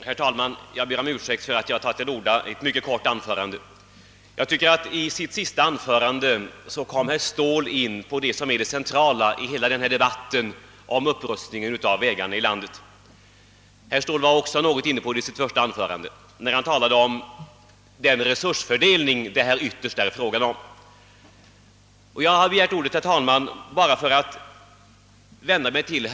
Herr talman! Jag ber om ursäkt för att jag tar till orda, men jag lovar att mitt anförande skall bli mycket kort. I sitt anförande kom herr Ståhl in på det som jag tycker är det centrala i hela debatten om upprustningen av våra vägar, när han talade om den fördelning av resurserna som det ytterst gäller.